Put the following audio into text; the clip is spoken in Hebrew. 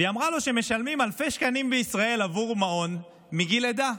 והיא אמרה לו שמשלמים אלפי שקלים בישראל עבור מעון מגיל לידה,